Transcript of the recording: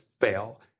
fail